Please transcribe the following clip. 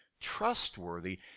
trustworthy